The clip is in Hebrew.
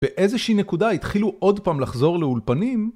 באיזושהי נקודה התחילו עוד פעם לחזור לאולפנים